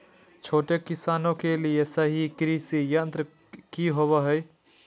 छोटे किसानों के लिए सही कृषि यंत्र कि होवय हैय?